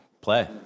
play